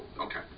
Okay